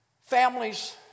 Families